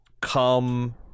come